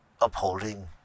upholding